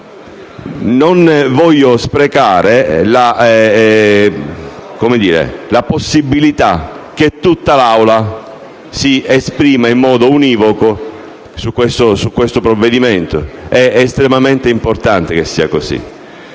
non voglio sprecare la possibilità che tutta l'Assemblea si esprima in modo univoco su questo provvedimento, perché è estremamente importante che ciò